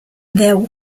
there